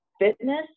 fitness